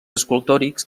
escultòrics